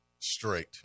straight